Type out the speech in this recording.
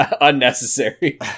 unnecessary